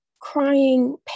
crying